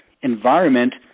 environment